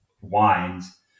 wines